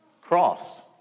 cross